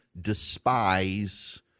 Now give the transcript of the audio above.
despise